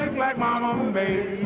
momma um made.